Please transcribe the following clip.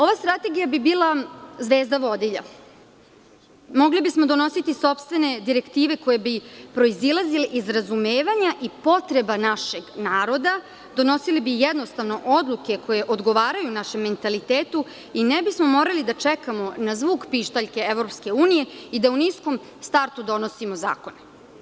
Ova strategija bi bila zvezda vodilja i mogli bismo donositi sopstvene direktive koje bi proizilazile iz razumevanja i potrebe našeg naroda, donosili bi jednostavno odluke koje odgovaraju našem mentalitetu i ne bismo morali da čekamo na zvuk pištaljke i da u niskom startu donosimo zakone.